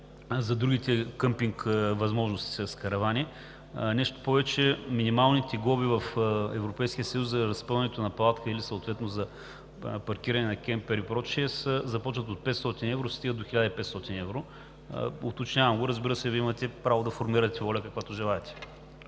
за другите къмпинг възможности с каравани. Нещо повече. Минималните глоби в Европейския съюз за разпъването на палатка или съответно за паркиране на кемпери и прочее започват от 500 евро и стигат до 1500 евро. Уточнявам го, разбира се, Вие имате право да формирате воля, каквато желаете.